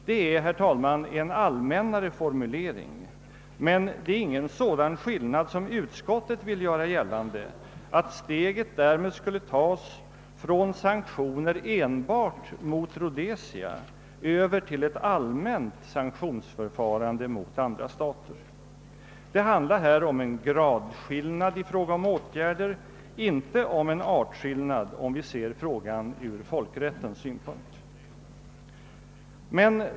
Det är, herr talman, en allmännare formulering. Men det är ingen sådan skillnad som utskottet vill göra gällande, att steget därmed skulle tas från sanktioner enbart mot Rhodesia över till ett allmänt sanktionsförfarande mot andra stater. Det handlar här om en gradskillnad i fråga om åtgärder, inte om en artskillnad, om vi ser frågan från folkrättens synpunkt.